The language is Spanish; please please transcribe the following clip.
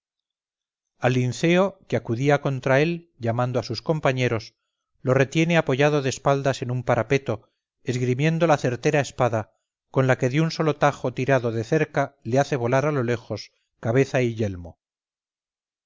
a linceo que acudía contra él llamando a sus compañeros lo retiene apoyado de espaldas en un parapeto esgrimiendo la certera espada con la que de un solo tajo tirado de cerca le hace volar a lo lejos cabeza y